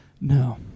No